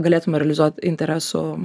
galėtume realizuot interesų